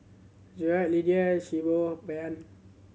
Jerod Lydia